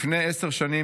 לפני עשר שנים,